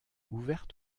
ouverte